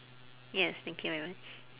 yes thank you very much